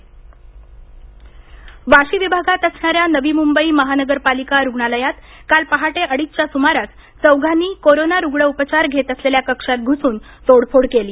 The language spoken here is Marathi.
मोडतोड वाशी विभागात असणाऱ्या नवी मुंबई महानगरपालिका रूग्णालयात काल पहाटे अडीच च्या सुमारास चौघांनी कोरोना रूग्ण उपचार घेत असलेल्या कक्षात घूसून तोडफोड केली